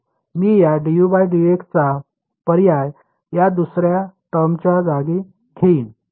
मी या dU dx चा पर्याय या दुसर्या टर्मच्या जागी घेईन